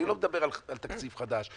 אני לא מדבר על תקציב חדש,